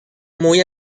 muy